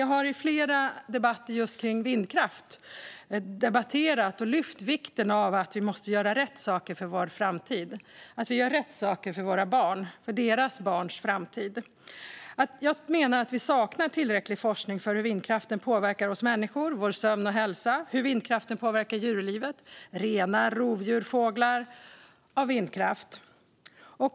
Jag har i tidigare debatter om vindkraft lyft upp vikten av att vi ska göra rätt saker för vår framtid och för våra barn och deras barns framtid. Jag menar att vi saknar tillräcklig forskning om hur vindkraftverken påverkar oss människor och vår sömn och hälsa och hur vindkraften påverkar djurlivet, såsom renar, rovdjur och fåglar.